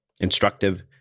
instructive